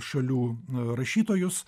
šalių rašytojus